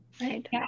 Right